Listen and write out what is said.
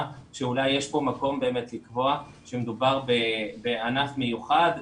ואולי באמת יש כאן מקום לקבוע שמדובר בענף מיוחד,